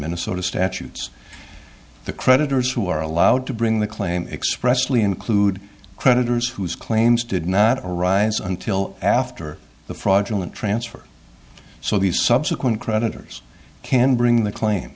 minnesota statutes the creditors who are allowed to bring the claim expressly include creditors whose claims did not arise until after the fraudulent transfer so the subsequent creditors can bring the claim